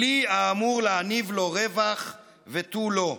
כלי האמור להניב לו רווח ותו לא.